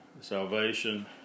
salvation